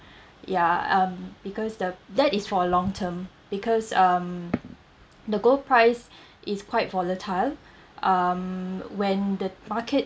ya um because the that is for a long term because um the gold price is quite volatile um when the market